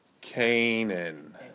Canaan